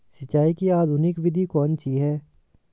सिंचाई की आधुनिक विधि कौनसी हैं?